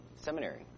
seminary